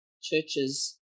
churches